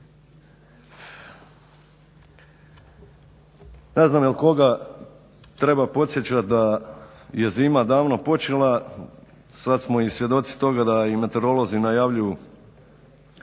Ne znam jel' koga treba podsjećati da je zima davno počela, sad smo i svjedoci toga da i meteorolozi najavljuju